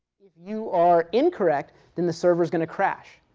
if you are incorrect, then the server's going to crash,